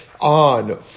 on